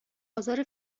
آزار